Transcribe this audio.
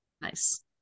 Nice